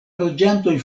loĝantoj